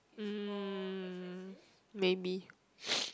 um maybe